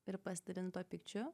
ir pasidalini tuo pykčiu